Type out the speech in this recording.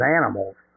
animals